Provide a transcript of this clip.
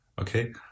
Okay